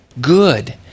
good